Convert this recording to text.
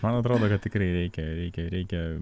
man atrodo tikrai reikia reikia reikia